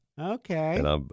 Okay